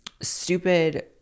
stupid